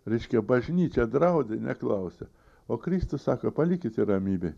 reiškia bažnyčia draudė neklausė o kristus sako palikite ramybėj